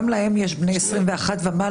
גם להם יש בני 21 ומעלה.